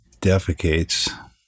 defecates